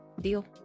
deal